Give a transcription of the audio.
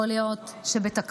יכול להיות שבתקנות,